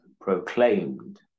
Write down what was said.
proclaimed